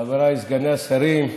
חברי סגני השרים,